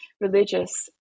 religious